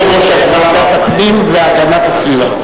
יושב-ראש ועדת הפנים והגנת הסביבה,